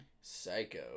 psycho